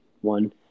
one